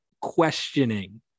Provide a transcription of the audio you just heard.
questioning